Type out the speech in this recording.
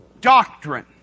Doctrine